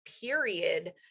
period